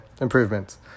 improvements